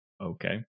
Okay